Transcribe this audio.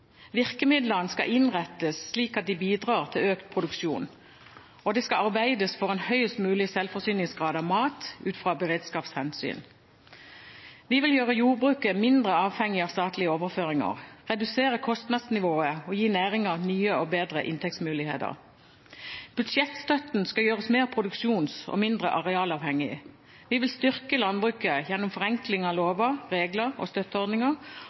Virkemidlene skal innrettes slik at de bidrar til økt produksjon, og det skal arbeides for en høyest mulig selvforsyningsgrad av mat ut fra beredskapshensyn. Vi vil gjøre jordbruket mindre avhengig av statlige overføringer, redusere kostnadsnivået og gi næringen nye og bedre inntektsmuligheter. Budsjettstøtten skal gjøres mer produksjons- og mindre arealavhengig. Vi vil styrke landbruket gjennom forenkling av lover, regler og støtteordninger